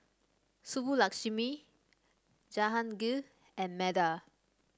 Subbulakshmi Jahangir and Medha